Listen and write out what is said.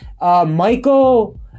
Michael